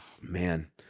man